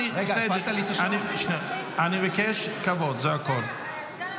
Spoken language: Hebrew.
אני מבקש כבוד, זה הכול.